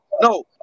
no